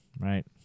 Right